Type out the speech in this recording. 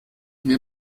mir